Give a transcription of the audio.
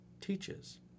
teaches